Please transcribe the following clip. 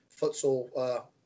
futsal